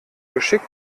geschickt